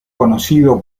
conocido